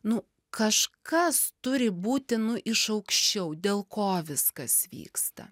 nu kažkas turi būti nu iš aukščiau dėl ko viskas vyksta